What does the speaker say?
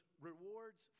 rewards